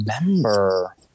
remember